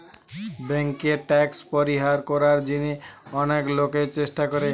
বেঙ্কে ট্যাক্স পরিহার করার জিনে অনেক লোকই চেষ্টা করে